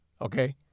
Okay